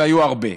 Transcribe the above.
והיו הרבה,